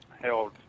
held